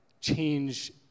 change